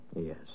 Yes